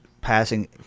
passing